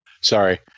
Sorry